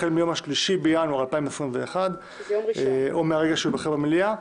החל מיום ה-3 בינואר 2021 או מהרגע שהוא ייבחר במליאה,